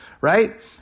right